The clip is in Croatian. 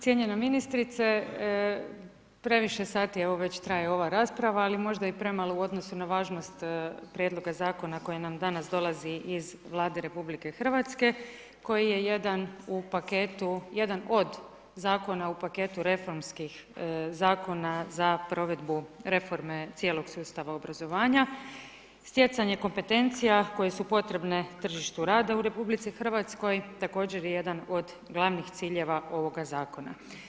Cijenjena ministrice, previše sati evo već traje ova rasprava ali možda i prema u odnosu na važnost prijedloga zakona koji nam danas dolazi iz Vlade RH, koji je jedan u paketu, jedan od zakona u paketu reformskih zakona za provedbu reforme cijelog sustava obrazovanja, stjecanje kompetencija koje su potrebne tržištu rada u RH također je jedan od glavnih ciljeva ovoga zakona.